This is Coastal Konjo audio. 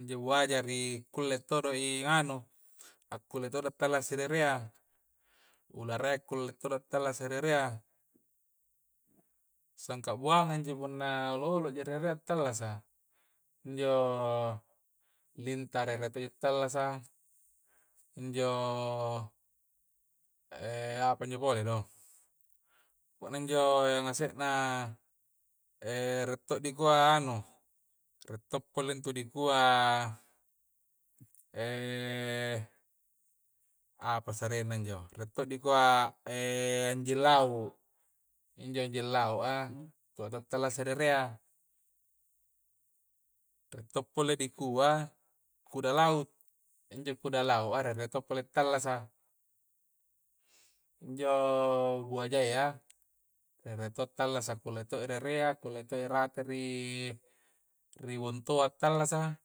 injo buaja ri kulle todo i anu a kulle todo tallasa ri erea, ulara tallasa ri erea. Sangka buangan ji punna loloji ri erea tallasa, injo lintah erea to ji tallasa injo apa injo pole do kuana injo iya ngase'na rie to dikua anu rie to pole dikua apa isse anre na injo, rie to dikua anjing lau', injo anjing lau' a kul to tattalasa ri area, rie to pole di kua kuda laut, injo kuda laut a ri area to pa pole tallasa injo buajaya ri rie to tallasa kulle to rie erea kulle to rate rie rie bontoa tallasa.